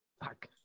Fuck